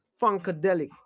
funkadelic